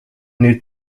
nüüd